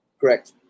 Correct